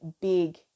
big